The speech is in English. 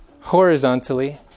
horizontally